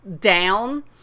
down